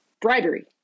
Bribery